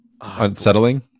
unsettling